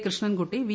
Krishnan Kutty P